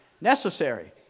necessary